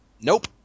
Nope